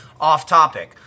OFFTOPIC